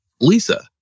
Lisa